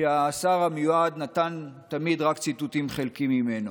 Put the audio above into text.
שהשר המיועד נתן תמיד רק ציטוטים חלקיים ממנו.